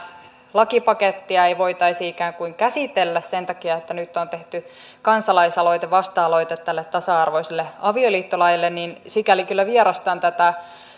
lakipakettia ei voitaisi ikään kuin käsitellä sen takia että nyt on tehty kansalaisaloite vasta aloite tälle tasa arvoiselle avioliittolaille sikäli kyllä vierastan tätä